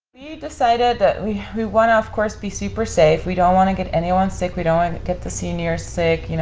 decided that we we want to, of course, be super-safe, we don't wanna get anyone sick. we don't wanna get the seniors sick. you know